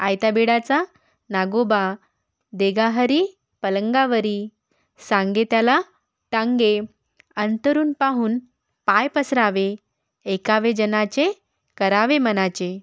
आयत्या बिळाचा नागोबा दे गा हरी पलंगावरी सांगे त्याला टांगे अंथरूण पाहून पाय पसरावे ऐकावे जनाचे करावे मनाचे